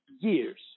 years